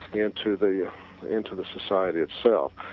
into the yeah into the society itself,